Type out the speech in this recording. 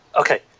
Okay